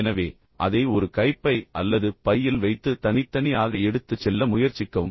எனவே அதை ஒரு கைப்பை அல்லது பையில் வைத்து தனித்தனியாக எடுத்துச் செல்ல முயற்சிக்கவும்